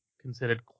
considered